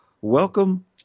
welcome